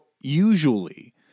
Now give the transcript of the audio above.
usually